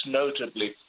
notably